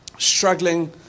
struggling